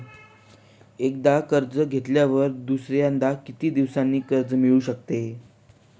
एकदा कर्ज घेतल्यावर दुसऱ्यांदा किती दिवसांनी कर्ज मिळू शकते?